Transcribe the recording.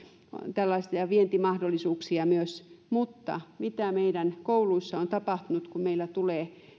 tällaista ja vientimahdollisuuksia myös mutta mitä meidän kouluissa on tapahtunut kun meillä tulee